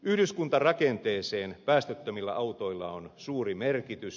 yhdyskuntarakenteelle päästöttömillä autoilla on suuri merkitys